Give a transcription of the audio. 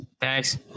thanks